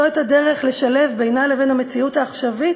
את הדרך לשלב בינה לבין המציאות העכשווית,